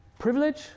Privilege